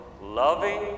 loving